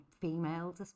females